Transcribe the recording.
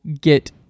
get